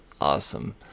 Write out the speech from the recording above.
Awesome